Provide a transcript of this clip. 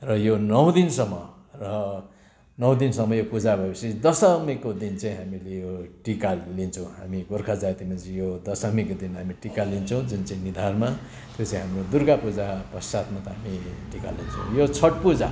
र यो नौ दिनसम्म र नौ दिनसम्म यो पूजा भइसके पछि दशमीको दिन चाहिँ हामीले यो टिका लिन्छौँ हामी गोर्खा जातिमा चाहिँ यो दशमीको दिन हामी टिका लिन्छौँ जुन चाहिँ निधारमा त्यो चाहिँ हाम्रो दुर्गा पूजा पश्चात् हामी टिका लिन्छौँ यो छठ पूजा